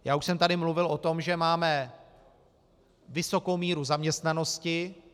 Já už jsem tady mluvil o tom, že máme vysokou míru zaměstnanosti.